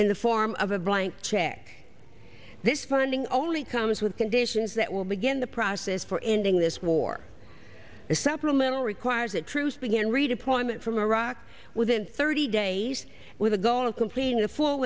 in the form of a blank check this funding only comes with conditions that will begin the process for ending this war supplemental requires a truce begin redeployment from iraq within thirty days with the goal of completing